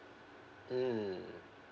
mm